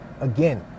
again